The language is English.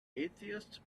atheist